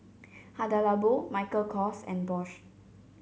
Hada Labo Michael Kors and Bosch